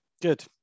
Good